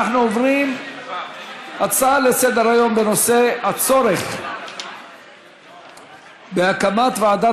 נעבור להצעה לסדר-היום בנושא: הצורך בהקמת ועדת